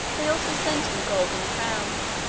they also sent him a golden crown,